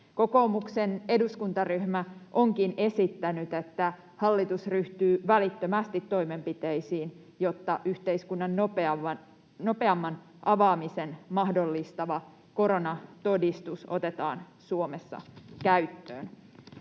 Kokoomuksen eduskuntaryhmä onkin esittänyt, että hallitus ryhtyy välittömästi toimenpiteisiin, jotta yhteiskunnan nopeamman avaamisen mahdollistava koronatodistus otetaan Suomessa käyttöön.